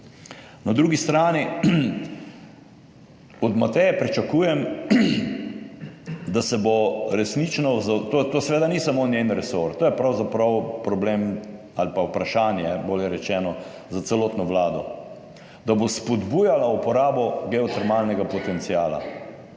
Na drugi strani od Mateje pričakujem, da se bo resnično, to seveda ni samo njen resor, to je pravzaprav problem ali pa vprašanje bolje rečeno za celotno Vlado, da bo spodbujala uporabo geotermalnega potenciala.